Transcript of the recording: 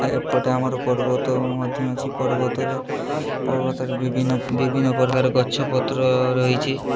ଏପଟେ ଆମର ପର୍ବତ ମଧ୍ୟ ଅଛି ପର୍ବତରେ ପର୍ବତରେ ବିଭିନ୍ନ ବିଭିନ୍ନ ପ୍ରକାର ଗଛ ପତ୍ର ରହିଛି